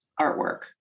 artwork